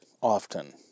often